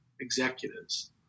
executives